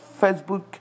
Facebook